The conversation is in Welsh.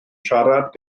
siarad